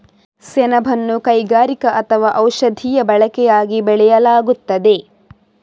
ಸೆಣಬನ್ನು ಕೈಗಾರಿಕಾ ಅಥವಾ ಔಷಧೀಯ ಬಳಕೆಯಾಗಿ ಬೆಳೆಯಲಾಗುತ್ತದೆ